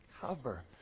cover